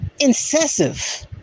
incessive